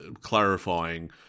clarifying